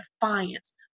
defiance